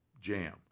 jam